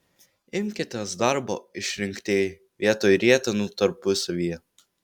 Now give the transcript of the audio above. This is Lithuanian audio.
imkitės darbo išrinktieji vietoj rietenų tarpusavyje